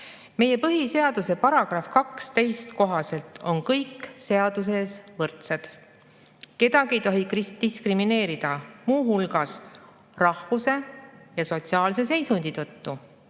Meie põhiseaduse § 12 kohaselt on kõik seaduse ees võrdsed. Kedagi ei tohi diskrimineerida muu hulgas rahvuse ja sotsiaalse seisundi tõttu.